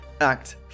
Act